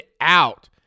out